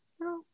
No